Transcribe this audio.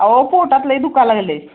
अहो पोटात लय दुखा लागलं आहे